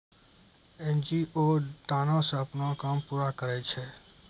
NGO दानो से अपनो काम पूरा करै छै